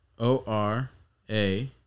O-R-A